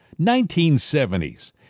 1970s